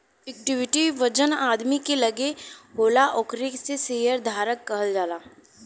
equity जवन आदमी के लगे होला ओकरा के शेयर धारक कहल जाला